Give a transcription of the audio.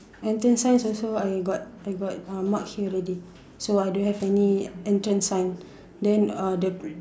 entrance signs also I got I got uh mark here already so I don't have any entrance sign then uh the